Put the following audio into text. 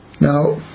Now